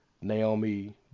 Naomi